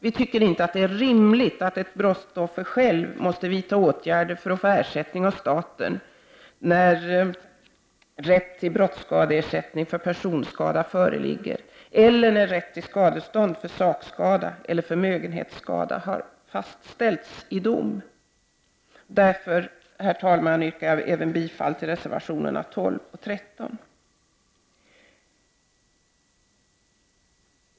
Vi tycker inte att det är rimligt att brottsoffer själv måste vidta åtgärder för att få ut ersättning av staten när rätt till brottsskadeersättning för personskada föreligger eller när rätt till skadestånd för sakskada eller förmögenhetsskada har fastställts i dom. Jag yrkar, herr talman, bifall till reservationerna 12 och 13.